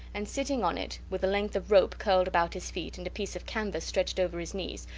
and sitting on it, with a length of rope curled about his feet and a piece of canvas stretched over his knees,